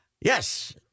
Yes